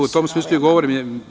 U tom smislu i govorim.